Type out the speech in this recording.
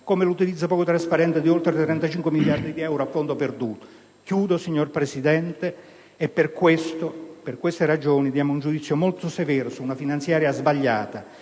come l'utilizzo poco trasparente di oltre 35 miliardi di euro a fondo perduto. Per queste ragioni, signor Presidente, esprimiamo un giudizio molto severo su una finanziaria sbagliata,